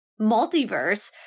multiverse